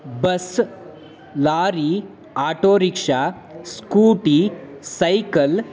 bus lorry autorickshaw scooty cycle